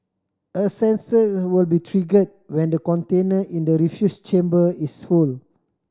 a sensor will be triggered when the container in the refuse chamber is full